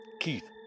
Keith